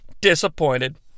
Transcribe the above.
Disappointed